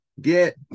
get